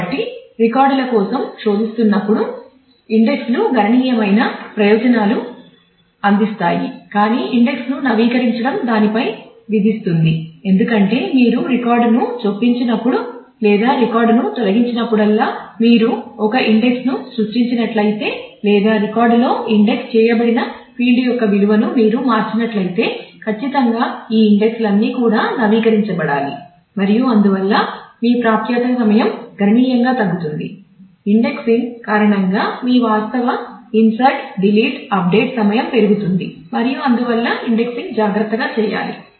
కాబట్టి రికార్డుల కోసం శోధిస్తున్నప్పుడు ఇండెక్స్ లు గణనీయమైన ప్రయోజనాలను అందిస్తాయి కాని ఇండెక్స్ ను నవీకరించడం దానిపై విధిస్తుంది ఎందుకంటే మీరు రికార్డ్ను చొప్పించినప్పుడు జాగ్రత్తగా చేయాలి